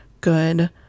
good